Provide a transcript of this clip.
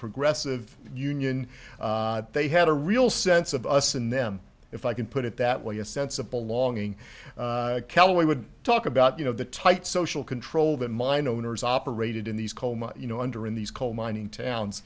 progressive union they had a real sense of us in them if i can put it that way a sense of belonging callaway would talk about you know the tight social control that mine owners operated in these coal mine you know under in these coal mining towns